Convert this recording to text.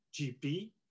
GP